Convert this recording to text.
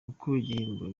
ibihembo